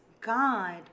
God